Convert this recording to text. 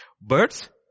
Birds